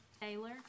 Taylor